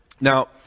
Now